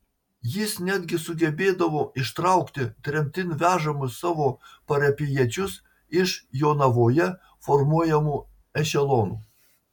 jis netgi sugebėdavo ištraukti tremtin vežamus savo parapijiečius iš jonavoje formuojamų ešelonų